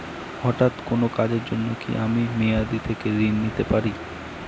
হঠাৎ কোন কাজের জন্য কি আমি মেয়াদী থেকে ঋণ নিতে পারি?